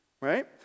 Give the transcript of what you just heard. Right